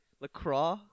LaCroix